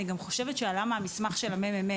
אני גם חושבת שעלה מהמסמך של הממ"מ